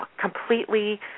completely